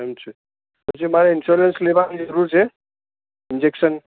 એમ છે પછી મારે ઇન્સયોરન્સ લેવાની જરૂર છે ઈન્જેકશન